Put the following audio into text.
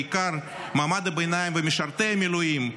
בעיקר מעמד הביניים ומשרתי המילואים,